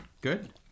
Good